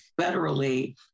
federally